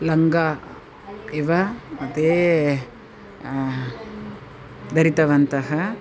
लङ्गा इव ते धृतवन्तः